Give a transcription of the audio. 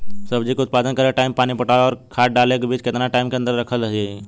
सब्जी के उत्पादन करे टाइम पानी पटावे आउर खाद डाले के बीच केतना टाइम के अंतर रखल सही रही?